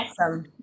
awesome